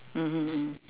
mmhmm mm